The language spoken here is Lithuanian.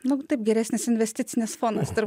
nu taip geresnis investicinis fonas tur